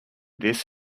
this